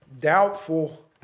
doubtful